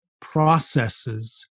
processes